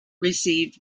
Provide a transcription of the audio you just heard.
received